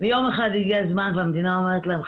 ויום אחד הגיע הזמן והמדינה אומרת להם,